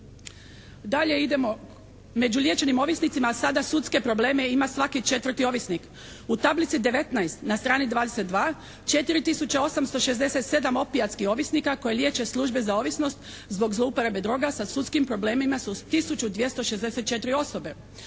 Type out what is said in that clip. Dalje idemo. Među liječenim ovisnicima sada sudske probleme ima svaki četvrti ovisnik. U tablici 19. na strani 22., 4 tisuće 867 opijatskih ovisnika koje liječe službe za ovisnost zbog zlouporabe droga sa sudskim problemima su tisuću 264 osobe.